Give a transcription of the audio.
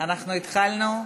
אנחנו התחלנו.